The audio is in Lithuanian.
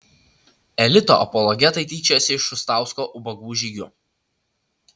elito apologetai tyčiojasi iš šustausko ubagų žygių